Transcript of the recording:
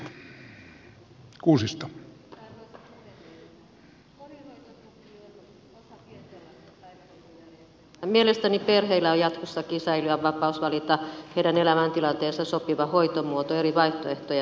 kotihoidon tuki on osa pienten lasten päivähoitojärjestelmää ja mielestäni perheillä pitää jatkossakin säilyä vapaus valita heidän elämäntilanteeseensa sopiva hoitomuoto eri vaihtoehtojen väliltä